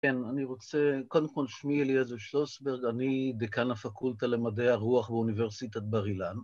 ‫כן, אני רוצה... ‫קודם כול שמי אליעזר שלוסברג, ‫אני דיקן הפקולטה למדעי הרוח ‫באוניברסיטת בר אילן.